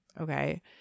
Okay